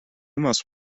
most